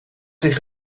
zich